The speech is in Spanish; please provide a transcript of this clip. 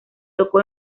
tocó